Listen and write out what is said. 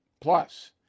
Plus